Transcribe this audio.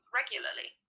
regularly